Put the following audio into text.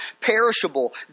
perishable